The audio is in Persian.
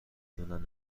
بدون